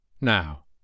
now